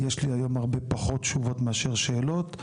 יש לי היום הרבה פחות תשובות מאשר שאלות.